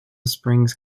springs